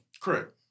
Correct